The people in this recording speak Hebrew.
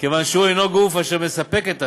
כיוון שהוא אינו הגוף אשר מספק את האשראי.